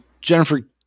Jennifer